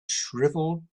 shriveled